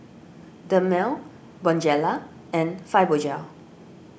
Dermale Bonjela and Fibogel